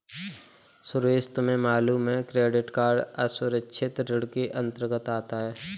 सुरेश तुम्हें मालूम है क्रेडिट कार्ड असुरक्षित ऋण के अंतर्गत आता है